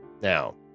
now